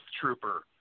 Trooper